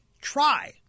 try